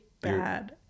bad